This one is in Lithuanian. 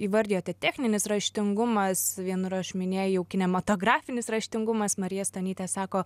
įvardijote techninis raštingumas vienur aš minėjau kinematografinis raštingumas marija stonytė sako